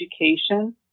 education